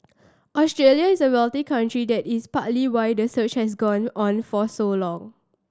Australia is a wealthy country that is partly why the search has gone on for so long